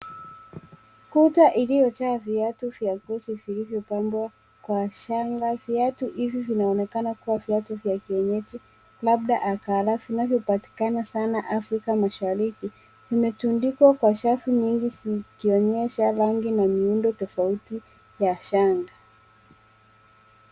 Kuta iliyochaa viatu vya ngozi vilivyopangwa kwa shanga. Viatu hivi vinaonekana kuwa viatu vya kienyeji labda akala, vinavyopatikana sana Afrika mashariki, vimetundikwa kwa shafu nyingi vikionyesha rangi na miundo tofauti ya shanga.